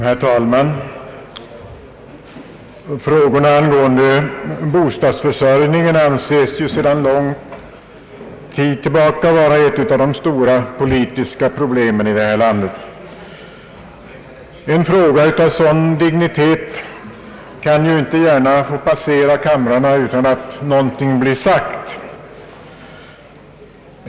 Herr talman! Frågan angående bostadsförsörjningen anses ju sedan lång tid tillbaka vara ett av de stora politiska problemen i det här landet. En fråga av sådan dignitet kan inte gärna få passera kamrarna utan att någonting blir sagt.